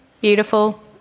Beautiful